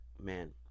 man